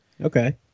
Okay